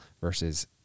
versus